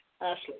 Ashley